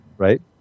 Right